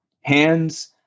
Hands